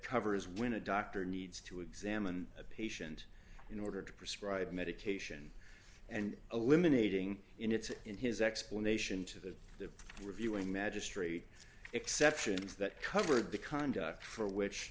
covers when a doctor needs to examined a patient in order to prescribe medication and eliminating in its in his explanation to the reviewing magistrate exceptions that covered the conduct for which